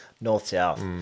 North-South